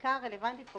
בחקיקה הרלוונטית פה,